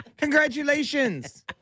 Congratulations